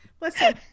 Listen